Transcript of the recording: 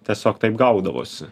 tiesiog taip gaudavosi